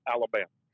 Alabama